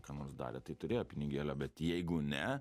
ką nors darė tai turėjo pinigėlio bet jeigu ne